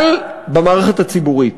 אבל במערכת הציבורית.